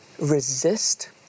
resist